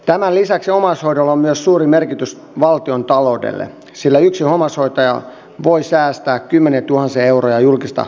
tämän lisäksi omaishoidolla on myös suuri merkitys valtiontaloudelle sillä yksi omaishoitaja voi säästää kymmeniätuhansia euroja julkista rahaa vuodessa